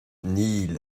níl